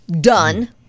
done